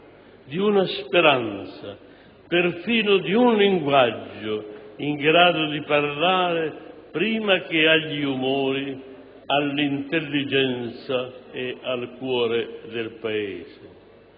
di una speranza, perfino di un linguaggio in grado di parlare, prima che agli umori, all'intelligenza e al cuore del Paese.